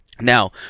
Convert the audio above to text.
Now